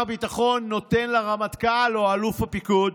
הביטחון נותן לרמטכ"ל או לאלוף הפיקוד,